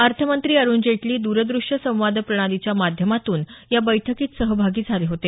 अर्थमंत्री अरुण जेटली द्रदृश्य संवाद प्रणालीच्या माध्यमातून या बैठकीत सहभागी झाले होते